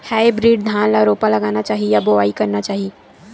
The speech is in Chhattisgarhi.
हाइब्रिड धान ल रोपा लगाना चाही या बोआई करना चाही?